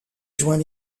joint